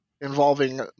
involving